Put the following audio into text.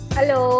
Hello